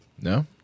No